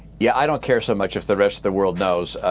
yeah, i don't care so much if the rest of the world knows.